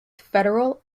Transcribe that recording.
federal